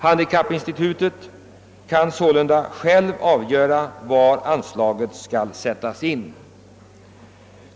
Handikappinstitutet kan sålunda självt avgöra var anslaget skall sättas in.